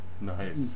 Nice